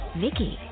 Vicky